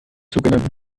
sogenannten